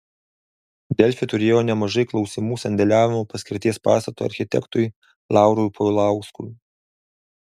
delfi turėjo nemažai klausimų sandėliavimo paskirties pastato architektui laurui paulauskui